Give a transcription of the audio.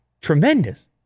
tremendous